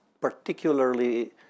particularly